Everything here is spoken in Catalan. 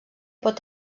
pot